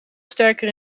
sterker